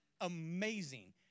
amazing